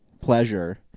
pleasure